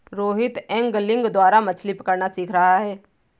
Rohit angling द्वारा मछ्ली पकड़ना सीख रहा है